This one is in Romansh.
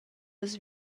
las